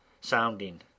SOUNDING